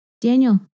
Daniel